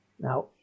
Now